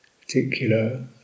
particular